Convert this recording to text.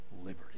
liberty